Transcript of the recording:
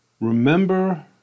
remember